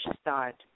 Start